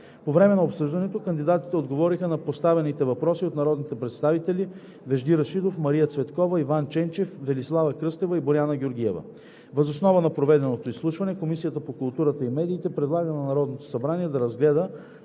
По време на обсъждането кандидатите отговориха на поставените въпроси от народните представители Вежди Рашидов, Мария Цветкова, Иван Ченчев, Велислава Кръстева и Боряна Георгиева. Въз основа на проведеното изслушване Комисията по културата и медиите предлага на Народното събрание да разгледа